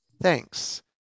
Thanks